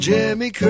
Jimmy